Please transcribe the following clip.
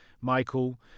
Michael